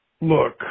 Look